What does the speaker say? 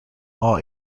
all